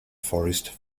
forest